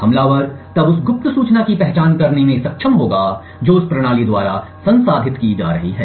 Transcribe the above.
हमलावर तब उस गुप्त सूचना की पहचान करने में सक्षम होगा जो उस प्रणाली द्वारा संसाधित की जा रही है